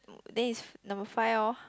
then is number five orh